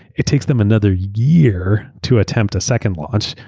it takes them another year to attempt a second launch,